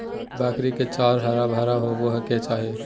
बकरी के चारा हरा भरा होबय के चाही